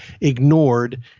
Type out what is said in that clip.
ignored